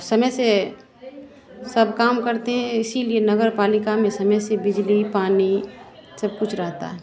समय से सब काम करते हैं इसलिए नगर पालिका में समय से बिजली पानी सब कुछ रहता है